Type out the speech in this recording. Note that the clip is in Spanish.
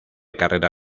carrera